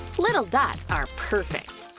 little dots are perfect.